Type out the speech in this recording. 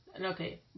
Okay